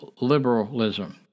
liberalism